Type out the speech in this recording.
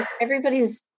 everybody's